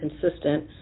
consistent